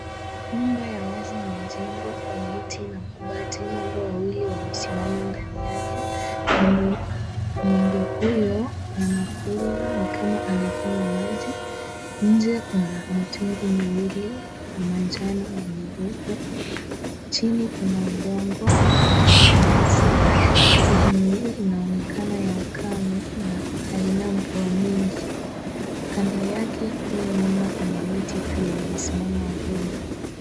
Nyumba ya wazi imejengwa kwa miti na mabati. Ng'ombe wawili wamesimama ndani yake, ng'ombe huyo anakula ni kama anakunywa maji, nje kuna mitungi miwili ya manjano na nyeupe. Chini kuna udongo na nyasi. Sehemu hii inaonekana ya ukame na haina mvua mingi. Kando yake kule nyuma kuna miti pia imesimama wima.